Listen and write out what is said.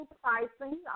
pricing